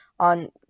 on